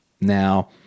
Now